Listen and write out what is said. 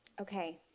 Okay